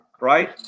right